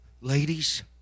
ladies